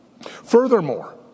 Furthermore